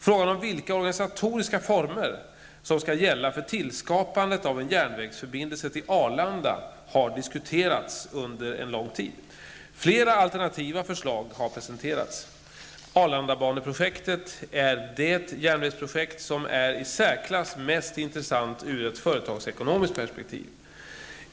Frågan om vilka organisatoriska former som skall gälla för tillskapandet av en järnvägsförbindelse till Arlanda har diskuterats under en lång tid. Flera alternativa förslag har presenterats. Arlandabaneprojektet är det järnvägsprojekt som är i särklass mest intressant ur ett företagsekonomiskt perspektiv.